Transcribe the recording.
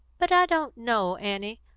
but i don't know, annie,